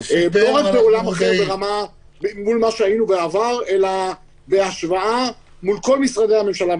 לא מול מה שהיינו בעבר אלא בהשוואה מול כל משרדי הממשלה.